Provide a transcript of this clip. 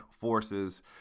forces